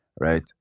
right